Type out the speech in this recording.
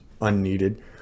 unneeded